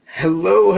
Hello